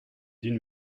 d’une